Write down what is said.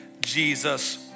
Jesus